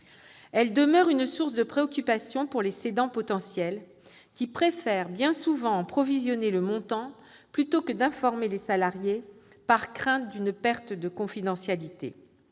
néanmoins une source de préoccupation pour les cédants potentiels, qui préfèrent bien souvent en provisionner le montant plutôt que d'informer les salariés, par crainte d'une perte de confidentialité.